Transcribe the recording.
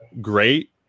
great